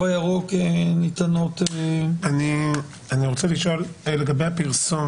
הירוק ניתנות -- אני רוצה לשאול לגבי הפרסום